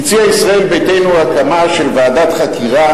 הציעה ישראל ביתנו הקמה של ועדת חקירה